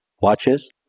watches